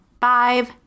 five